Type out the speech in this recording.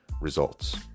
results